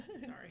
Sorry